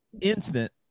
incident